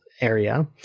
Area